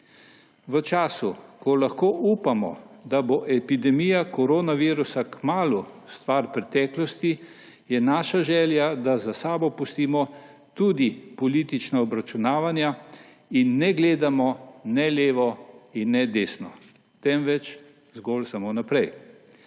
V času, ko lahko upamo, da bo epidemija koronavirusa kmalu stvar preteklosti, je naša želja, da za sabo pustimo tudi politična obračunavanja in ne gledamo ne levo in ne desno, temveč zgolj samo naprej.